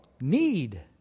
need